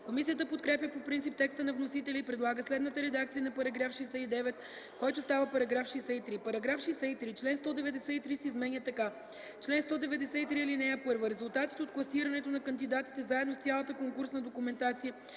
Комисията подкрепя по принцип текста на вносителя и предлага следната редакция на § 69, който става § 63: „§ 63. Член 193 се изменя така: „Чл. 193. (1) Резултатите от класирането на кандидатите заедно с цялата конкурсна документация